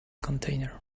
container